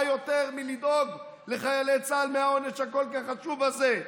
מה יותר לדאוג לחיילי צה"ל מהעונש הכל-כך חשוב הזה?